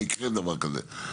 לא יקרה דבר כזה,